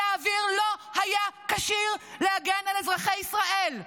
האוויר לא היה כשיר להגן על אזרחי ישראל.